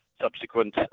subsequent